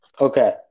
Okay